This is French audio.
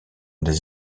des